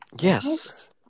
Yes